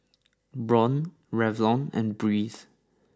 Braun Revlon and Breeze